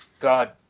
God